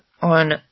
on